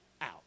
out